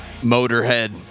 Motorhead